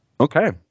Okay